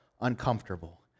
uncomfortable